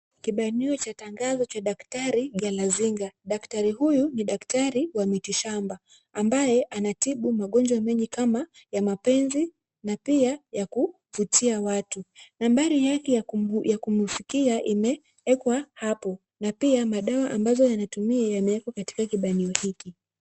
Kibanio cha tangazo cha daktari Galazinga. Daktari huyu ni daktari wa mitishamba, ambaye anatibu magonjwa mengi kama ya mapenzi na pia ya kuvutia watu. Nambari yake ya kumfikia imeekwa hapo na pia madawa ambazo anatumia yanawekwa katika kibanio hiki.